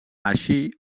així